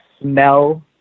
smell